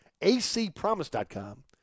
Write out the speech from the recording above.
acpromise.com